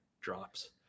drops